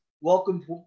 Welcome